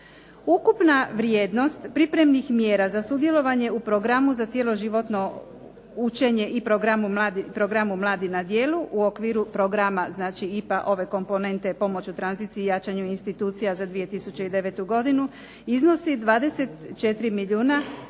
Ukupna vrijednost pripravnih mjera za sudjelovanje u programu za Cjeloživotno učenje i programu Mladi na djelu u okviru IPA komponente pomoć u tranziciji i jačanju institucija za 2009. godinu iznosi 24 milijuna